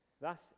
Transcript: Thus